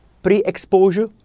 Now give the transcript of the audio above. pre-exposure